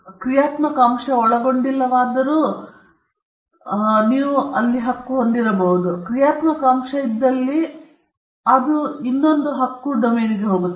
ಕ್ರಿಯಾತ್ಮಕ ಅಂಶವನ್ನು ಒಳಗೊಂಡಿಲ್ಲ ಏಕೆಂದರೆ ಕ್ರಿಯಾತ್ಮಕ ಅಂಶವು ಇದ್ದಲ್ಲಿ ಅದು ಇನ್ನೊಂದು ಬಲ ಮಾದರಿಗಳ ಡೊಮೇನ್ಗೆ ಹೋಗುತ್ತದೆ